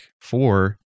four